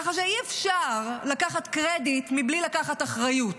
כך שאי-אפשר לקחת קרדיט מבלי לקחת אחריות.